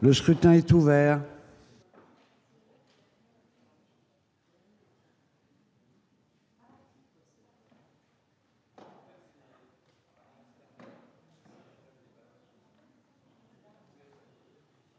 Le scrutin est ouvert.